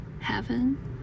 heaven